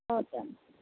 okay అమ్మ